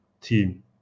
team